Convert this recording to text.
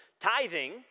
Tithing